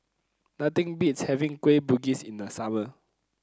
nothing beats having Kueh Bugis in the summer